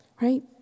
Right